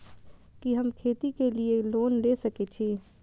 कि हम खेती के लिऐ लोन ले सके छी?